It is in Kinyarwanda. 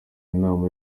inama